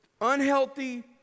unhealthy